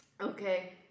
Okay